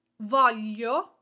Voglio